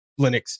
Linux